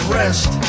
rest